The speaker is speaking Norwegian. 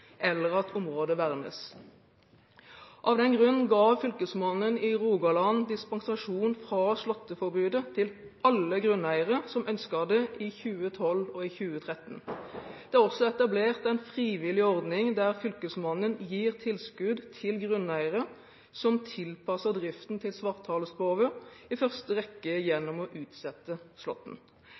eller at området vernes. Av den grunn ga fylkesmannen i Rogaland dispensasjon fra slåtteforbudet til alle grunneiere som ønsket det i 2012 og 2013. Det er også etablert en frivillig ordning der fylkesmannen gir tilskudd til grunneiere som tilpasser driften til svarthalespove, i første rekke gjennom å utsette slåtten.